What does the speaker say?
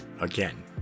again